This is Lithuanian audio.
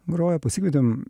groja pasikvietėm